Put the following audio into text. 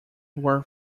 were